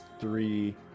three